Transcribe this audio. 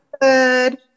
good